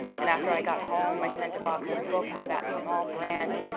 and after i got home, i sent a box of books to that small branch,